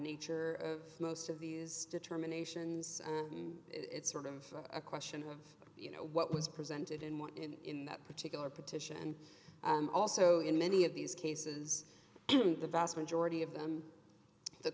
nature of most of these determinations it's sort of a question of you know what was presented in one in that particular petition and also in many of these cases the vast majority of them the